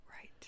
Right